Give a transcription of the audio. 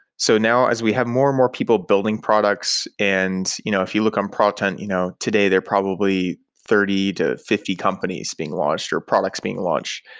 so now, as we have more and more people building products, and you know if you look on product hunt, you know today there are probably thirty to fifty companies being launched or products being launched.